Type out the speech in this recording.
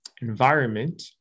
environment